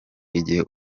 igihe